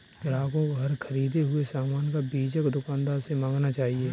ग्राहकों को हर ख़रीदे हुए सामान का बीजक दुकानदार से मांगना चाहिए